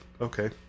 okay